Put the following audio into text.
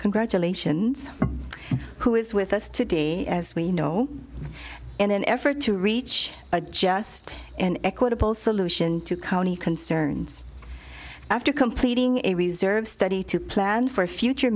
congratulations who is with us today as we know in an effort to reach a just and equitable solution to county concerns after completing a reserve study to plan for future